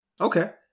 Okay